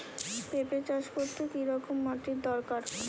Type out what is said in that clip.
পেঁপে চাষ করতে কি রকম মাটির দরকার?